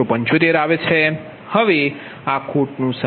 35 અહીં પણ 2d20